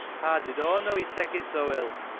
haa did aw knaw he'd tak' it so ill?